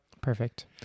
perfect